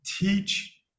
teach